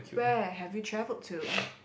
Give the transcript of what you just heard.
where have you travelled to